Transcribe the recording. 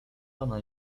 rana